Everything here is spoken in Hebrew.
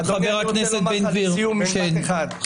אני רוצה לומר לסיום עוד משפט אחד.